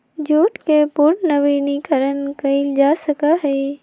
jute के पुनर्नवीनीकरण कइल जा सका हई